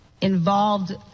involved